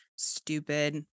Stupid